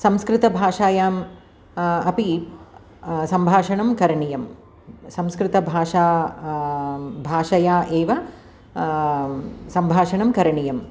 संस्कृतभाषायां अपि संभाषणं करणीयं संस्कृतभाषा भाषया एव संभाषणं करणीयं